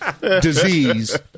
disease